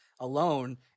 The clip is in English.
alone